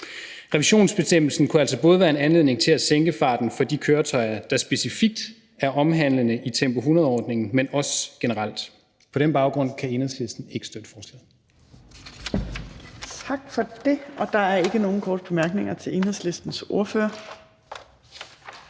Revisionsbestemmelsen kunne altså både være en anledning til at sænke farten for de køretøjer, der specifikt er omhandlet i Tempo 100-ordningen, men også generelt. På den baggrund kan Enhedslisten ikke støtte forslaget.